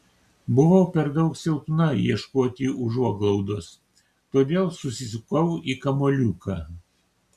buvau per daug silpna ieškoti užuoglaudos todėl susisukau į kamuoliuką